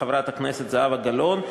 חברת הכנסת זהבה גלאון.